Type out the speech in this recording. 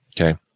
okay